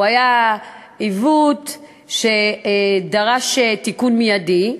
היה עיוות שדרש תיקון מיידי.